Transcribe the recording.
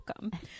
welcome